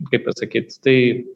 kaip pasakyt tai